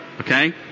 Okay